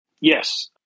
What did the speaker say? Yes